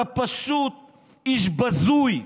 אתה פשוט איש בזוי.